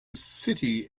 city